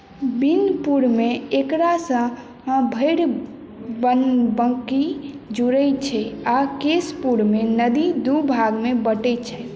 बिनपुरमे एकरासँ भैरबंबङ्की जुड़ैत छै आ केशपुरमे नदी दू भागमे बँटैत छैक